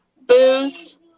booze